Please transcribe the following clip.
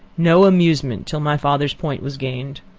no amusement, till my father's point was gained.